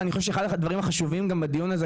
ואני חושב שהיא אחד הדברים החשובים בדיון הזה,